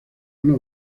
una